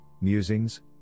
musings